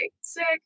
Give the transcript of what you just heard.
sick